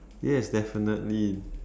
yes definitely